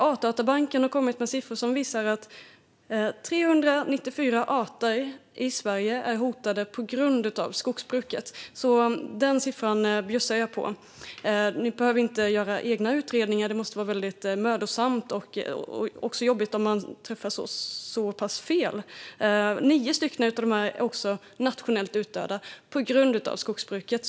Artdatabanken har kommit med uppgifter som visar att 394 arter i Sverige är hotade på grund av skogsbruket. Den siffran bjussar jag på. Ni behöver inte göra egna utredningar. Det måste vara väldigt mödosamt och också jobbigt om man träffar så pass fel. 9 stycken av dessa arter är nationellt utdöda på grund av skogsbruket.